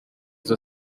muri